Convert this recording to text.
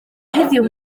heddiw